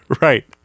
Right